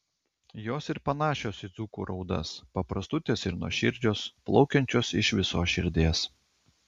jos ir panašios į dzūkų raudas paprastutės ir nuoširdžios plaukiančios iš visos širdies